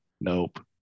nope